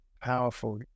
powerful